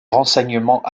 renseignement